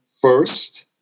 first